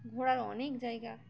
ঘোরার অনেক জায়গা